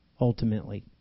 Ultimately